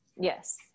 Yes